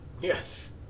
Yes